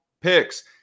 picks